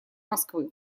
москвы